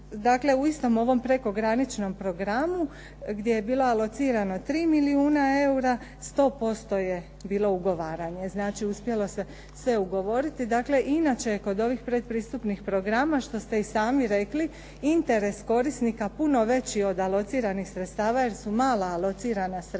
u istom ovom prekograničnom programu gdje je bilo alocirano 3 milijuna eura sto posto je bilo ugovaranje. Znači, uspjelo se sve ugovoriti. Dakle inače je kod ovih predpristupnih programa, što ste i sami rekli interes korisnika puno veći od alociranih sredstava jer su mala alocirana sredstva,